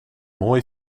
mooi